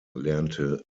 lernte